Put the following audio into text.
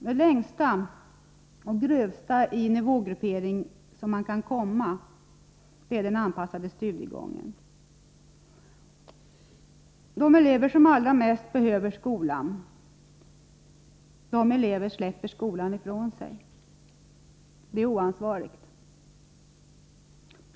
Det längsta och det grövsta som man komma till i nivågruppering är den anpassade studiegången. De elever som allra mest behöver skolan släpper skolan ifrån sig. Det är oansvarigt.